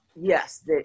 Yes